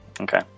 Okay